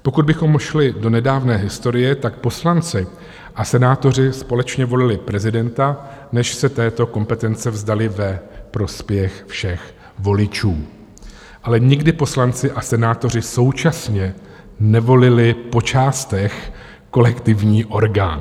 Pokud bychom šli do nedávné historie, tak poslanci a senátoři společně volili prezidenta, než se této kompetence vzdali ve prospěch všech voličů, ale nikdy poslanci a senátoři současně nevolili po částech kolektivní orgán.